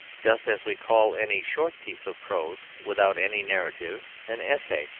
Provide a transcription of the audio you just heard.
just as we call any short piece of prose without any narrative an essay.